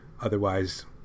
Otherwise